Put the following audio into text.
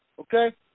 Okay